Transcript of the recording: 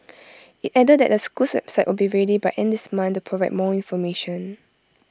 IT added that the school's website will be ready by end this month to provide more information